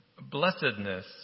Blessedness